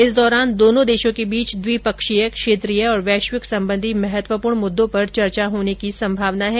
इस दौरान दोनों देशों के बीच द्विपक्षीय क्षेत्रीय और वैश्विक संबंधी महत्वपूर्ण मुद्दों पर चर्चो होने कीँ संभावना है